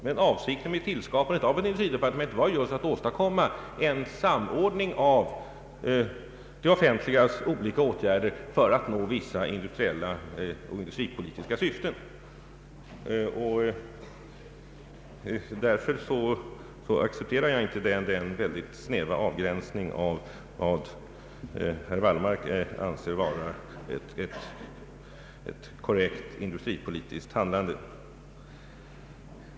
Men avsikten med tillskapandet av ett industridepartement var just att åstadkomma en samordning av det offentligas olika åtgärder för att nå vissa industriella och industripolitiska syften. Därför accepterar jag inte den mycket snäva avgränsning som herr Wallmark gör när han uttalar sig om vad han anser vara ett korrekt industripolitiskt handlande.